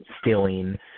stealing